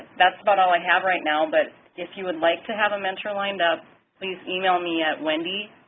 that's about all i have right now. but if you would like to have a mentor lined up please email me at wendy.